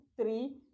three